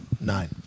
Nine